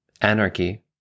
Anarchy